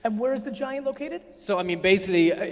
and where is the giant located? so i mean, basically,